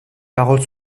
paroles